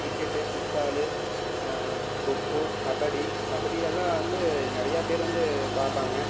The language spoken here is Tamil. கிரிக்கெட்டு ஃபுட்பாலு கொக்கோ கபடி கபடியெல்லாம் வந்து நிறையா பேர் வந்து பார்ப்பாங்க